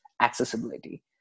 accessibility